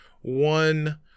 one